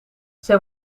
zij